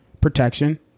Protection